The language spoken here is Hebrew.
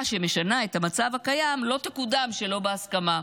שמשנה את המצב הקיים לא תקודם שלא בהסכמה.